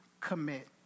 commit